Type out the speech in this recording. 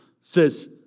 says